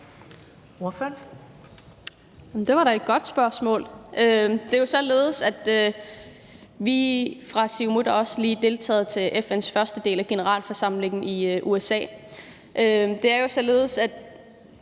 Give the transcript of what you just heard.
Det var da et godt spørgsmål. Det er jo således, at vi fra Siumut lige har deltaget i den første del af FN's generalforsamling i USA. Det er jo således, at